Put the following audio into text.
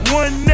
one